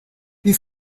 wie